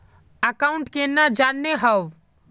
Account केना जाननेहव?